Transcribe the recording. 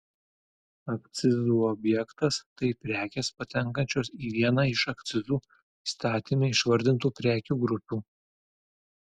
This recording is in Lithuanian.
akcizų objektas tai prekės patenkančios į vieną iš akcizų įstatyme išvardintų prekių grupių